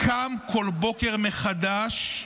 קם כל בוקר מחדש,